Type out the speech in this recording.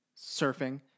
surfing